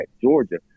Georgia